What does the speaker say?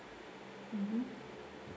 mmhmm